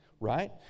Right